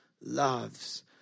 loves